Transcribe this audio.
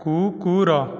କୁକୁର